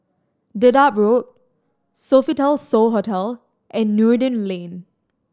Dedap Road Sofitel So Hotel and Noordin Lane